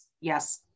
Yes